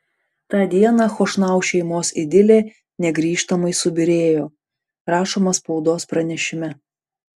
tą dieną chošnau šeimos idilė negrįžtamai subyrėjo rašoma spaudos pranešime